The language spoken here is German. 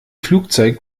flugzeit